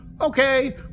Okay